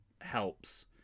helps